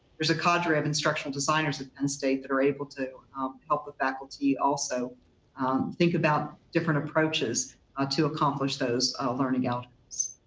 there's a cadre of instructional designers at penn state that are able to help the faculty also think about different approaches ah to accomplish those learning outcomes.